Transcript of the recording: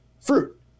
fruit